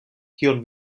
kion